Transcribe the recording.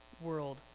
world